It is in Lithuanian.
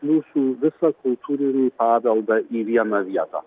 mūsų visą kultūrinį paveldą į vieną vietą